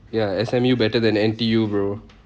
ya S_M_U better than N_T_U bro